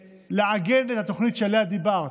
לעגן את התוכנית שעליה דיברת